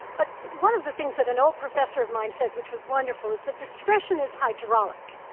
but one of the things that an old professor of mine said, which was wonderful, is that discretion is hydraulic.